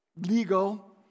legal